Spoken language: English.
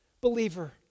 believer